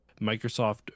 microsoft